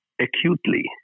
acutely